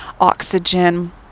oxygen